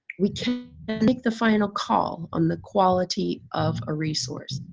we can't make the final call on the quality of a resource.